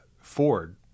Ford